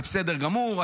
זה בסדר גמור,